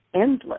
endless